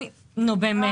נו, באמת.